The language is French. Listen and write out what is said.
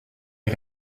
est